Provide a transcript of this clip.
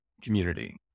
community